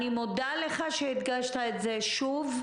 אני מודה לך שהדגשת את זה שוב.